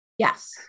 Yes